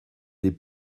des